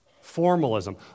formalism